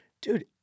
Dude